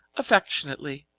affectionately,